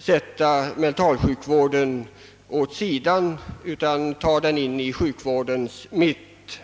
föra mentalsjukvården åt sidan utan sätta den i sjukvårdens mitt.